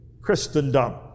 Christendom